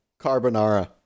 Carbonara